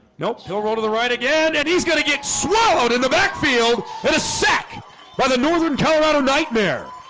nope he'll roll to the right again and he's gonna get swallowed in the backfield and a sack by the northern, colorado nightmare